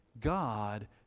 God